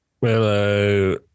Hello